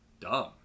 dumb